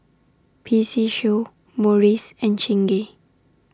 P C Show Morries and Chingay